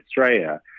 Australia